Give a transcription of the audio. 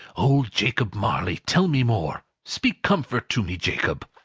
old jacob marley, tell me more. speak comfort to me, jacob!